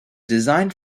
designed